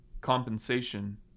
compensation